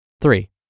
Three